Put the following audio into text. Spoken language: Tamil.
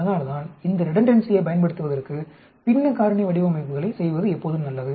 அதனால்தான் இந்த ரெடன்டன்சியை பயன்படுத்துவதற்கு பின்ன காரணி வடிவமைப்புகளை செய்வது எப்போதும் நல்லது